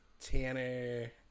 Tanner